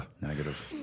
negative